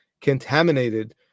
contaminated